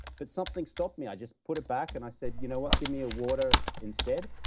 but something stopped me. i just put it back, and i said, you know what? give me a water instead,